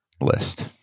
list